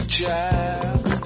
child